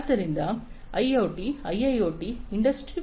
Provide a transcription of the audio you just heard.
ಆದ್ದರಿಂದ IoT IIoT industry 4